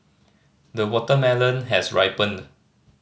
the watermelon has ripened